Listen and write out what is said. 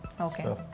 okay